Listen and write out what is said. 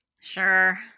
Sure